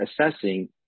assessing